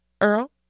Earl